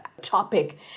topic